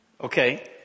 Okay